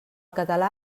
català